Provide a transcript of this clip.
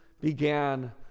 began